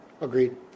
Agreed